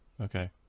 Okay